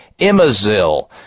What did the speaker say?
imazil